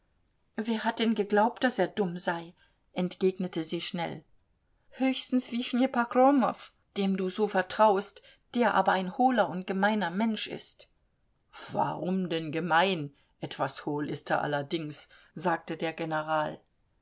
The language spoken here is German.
wer hat denn geglaubt daß er dumm sei entgegnete sie schnell höchstens wischnepokromow dem du so vertraust der aber ein hohler und gemeiner mensch ist warum denn gemein etwas hohl ist er allerdings sagte der general